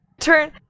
Turn